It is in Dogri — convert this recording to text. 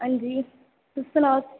हां जी तुस सनाओ